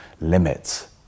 limits